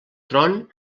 tron